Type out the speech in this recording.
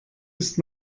ist